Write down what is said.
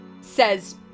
says